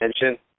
attention